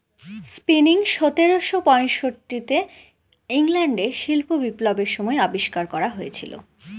spinning সতেরোশো পয়ষট্টি তে ইংল্যান্ডে শিল্প বিপ্লবের সময় আবিষ্কার করা হয়েছিল